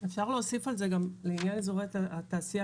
לעניין אזורי התעשייה